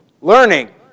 learning